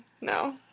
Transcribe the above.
No